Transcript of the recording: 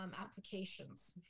applications